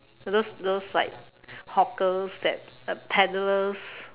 those those like hawkers that are peddlers